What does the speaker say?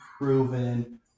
proven